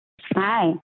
hi